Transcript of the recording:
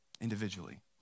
individually